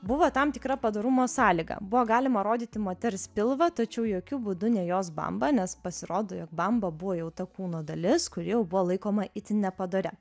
buvo tam tikra padorumo sąlyga buvo galima rodyti moters pilvą tačiau jokiu būdu ne jos bambą nes pasirodo jog bamba buvo jau ta kūno dalis kuri jau buvo laikoma itin nepadoria